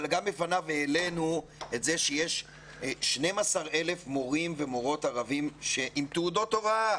גם בפניו העלינו את זה שיש 12,000 מורים ומורות ערבים עם תעודות הוראה